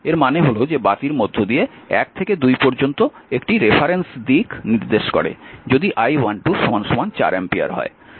এর মানে হল যে বাতির মধ্য দিয়ে 1 থেকে 2 পর্যন্ত একটি রেফারেন্স দিক নির্দেশ করে যদি I12 4 অ্যাম্পিয়ার হয়